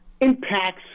impacts